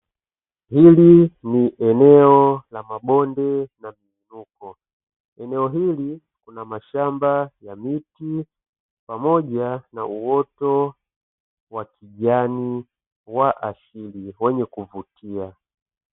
Hili ni eneo la mabonde na miinuko, eneo hili kuna mashamba ya miti pamoja na uoto wa kijana wa asili wenye kuvutia.